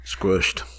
Squished